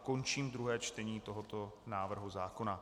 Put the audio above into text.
Končím druhé čtení tohoto návrhu zákona.